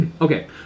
Okay